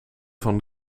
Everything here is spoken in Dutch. van